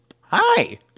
Hi